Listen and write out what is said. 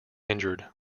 injured